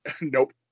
Nope